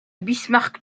bismarck